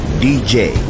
DJ